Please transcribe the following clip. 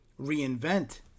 reinvent